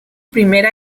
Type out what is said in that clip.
primera